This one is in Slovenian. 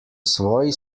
svoji